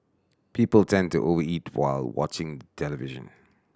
people tend to over eat while watching the television